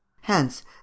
hence